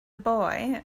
boy